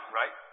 right